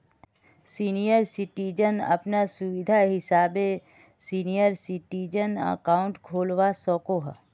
senior citizen अपना सुविधा हिसाबे सीनियर सिटीजन अकाउंट खोलवा सकोह